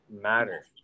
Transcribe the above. matter